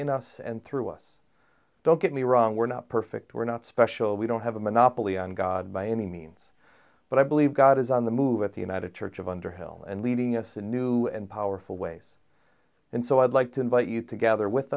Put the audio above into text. in us and through us don't get me wrong we're not perfect we're not special we don't have a monopoly on god by any means but i believe god is on the move at the united church of underhill and leading us in a new and powerful ways and so i'd like to invite you to gather with